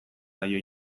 zaio